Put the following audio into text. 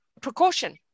precaution